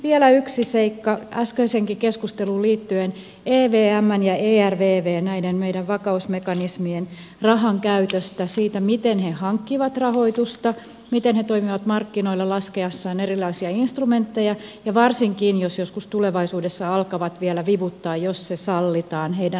vielä yksi seikka äs keiseenkin keskusteluun liittyen evmn ja ervvn näiden meidän vakausmekanismien rahankäytöstä siitä miten he hankkivat rahoitusta miten he toimivat markkinoilla laskiessaan erilaisia instrumentteja ja varsinkin jos joskus tulevaisuudessa alkavat vielä vivuttaa jos se sallitaan heidän riskinottonsa osalta